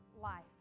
life